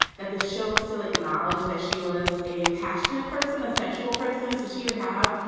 that the show still acknowledged that she was a passionate person, a sexual person. so she would have,